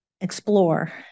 explore